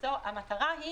המטרה היא